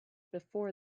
before